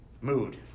mood